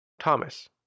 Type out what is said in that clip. Thomas